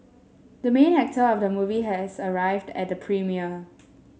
the main actor of the movie has arrived at the premiere